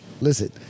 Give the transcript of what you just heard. Listen